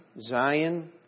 Zion